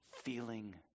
feeling